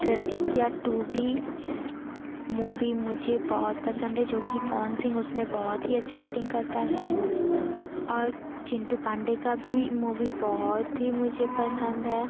प्रतिज्ञा टू भी मूवी मुझे बहुत पसंद है जो कि पवन सिंह उसमें बहुत ही अच्छा ऐक्टिंग करता है और चिंटू पांडे का भी मूवी बहुत ही मुझे पसंद है